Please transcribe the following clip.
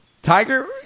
Tiger